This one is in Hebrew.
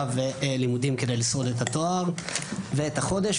ולימודים כדי לשרוד את התואר ואת החודש.